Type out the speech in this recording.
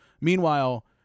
Meanwhile